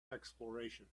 exploration